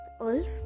wolf